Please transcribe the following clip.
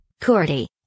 Cordy